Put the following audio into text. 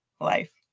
life